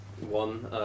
one